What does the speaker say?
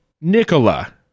Nicola